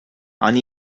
and